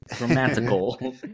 romantical